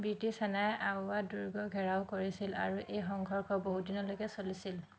British সেনাই আউৱা দুৰ্গ ঘেৰাও কৰিছিল আৰু এই সংঘৰ্ষ বহুদিনলৈকে চলিছিল